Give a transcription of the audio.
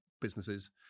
businesses